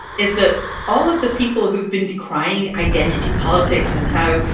is that all of the people who've been decrying identity politics and how,